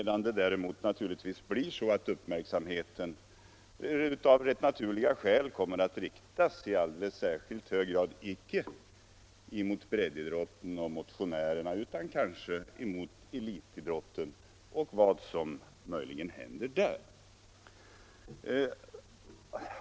Däremot kommer naturligtvis uppmärksamheten av rätt naturliga skäl att riktas i alldeles särskilt hög grad mot elitidrotten och vad som händer där och inte mot breddidrotten.